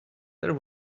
there